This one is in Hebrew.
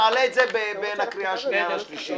תעלה את זה בהכנה לקריאה השנייה והשלישית.